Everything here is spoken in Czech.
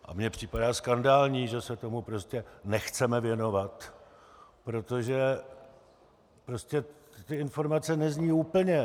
A mně připadá skandální, že se tomu prostě nechceme věnovat, protože prostě ty informace nezní úplně.